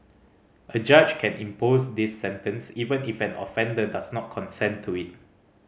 a judge can impose this sentence even if an offender does not consent to it